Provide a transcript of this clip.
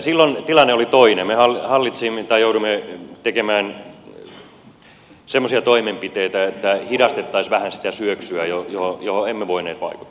silloin tilanne oli toinen me jouduimme tekemään semmoisia toimenpiteitä että hidastettaisiin vähän sitä syöksyä johon emme voineet vaikuttaa